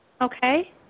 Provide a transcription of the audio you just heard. okay